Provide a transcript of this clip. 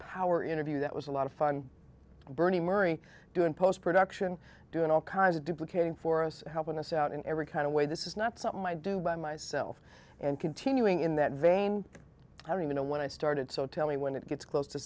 power interview that was a lot of fun bernie murray doing post production doing all kinds of duplicating for us helping us out in every kind of way this is not something i do by myself and continuing in that vein i don't even know when i started so tell me when it gets close to